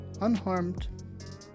unharmed